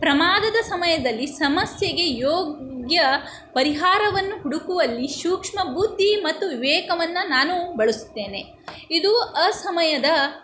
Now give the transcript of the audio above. ಪ್ರಮಾದದ ಸಮಯದಲ್ಲಿ ಸಮಸ್ಯೆಗೆ ಯೋಗ್ಯ ಪರಿಹಾರವನ್ನು ಹುಡುಕುವಲ್ಲಿ ಸೂಕ್ಷ್ಮ ಬುದ್ದಿ ಮತ್ತು ವಿವೇಕವನ್ನು ನಾನು ಬಳಸುತ್ತೇನೆ ಇದು ಅಸಮಯದ